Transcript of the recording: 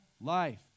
life